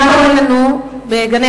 מה קורה לנו בגני-הילדים?